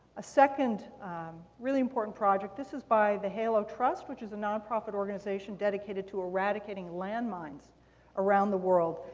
a second really important project, this is by the halo trust, which is a nonprofit organization dedicated to eradicating landmines around the world.